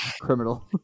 criminal